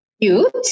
cute